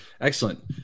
excellent